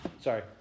sorry